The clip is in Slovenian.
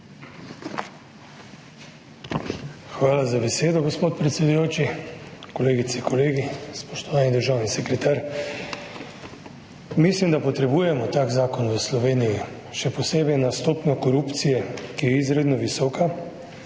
Hvala za besedo, gospod predsedujoči. Kolegice, kolegi, spoštovani državni sekretar! Mislim, da v Sloveniji potrebujemo tak zakon, še posebej glede na stopnjo korupcije, ki je izredno visoka.